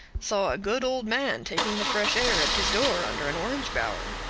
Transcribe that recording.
saw a good old man taking the fresh air at his door under an orange bower.